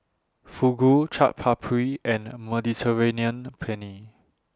Fugu Chaat Papri and Mediterranean Penne